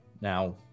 Now